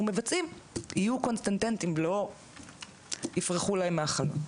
מבצעים יהיו קונסיסטנטיים ולא יברחו להם מהחלון.